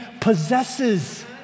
possesses